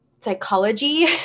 psychology